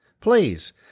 please